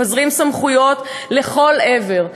מפזרים סמכויות לכל עבר,